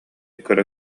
көрө